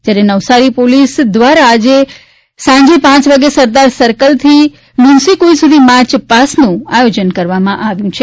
જ્યારે નવસારી પોલીસ દ્વારા સાંજે પાંચ વાગે સરદાર સર્કલથી લુન્સીકુઈ સુધી માર્ચ પાસ્ટનું આયોજન કરવામાં આવ્યું છે